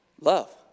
Love